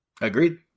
Agreed